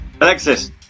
Alexis